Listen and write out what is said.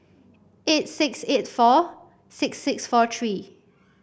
eight six eight four six six four three